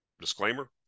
Disclaimer